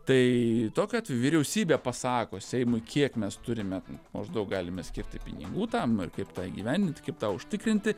tai tokiu atveju vyriausybė pasako seimui kiek mes turime maždaug galime skirti pinigų tam ir kaip tą įgyvendinti kaip tą užtikrinti